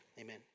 amen